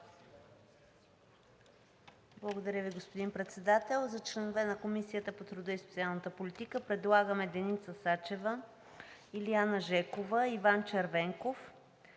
Благодаря Ви, господин Председател. За членове на Комисията по труда, социалната и демографската политика предлагаме Деница Сачева, Илиана Жекова, Иван Червенков,